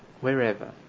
wherever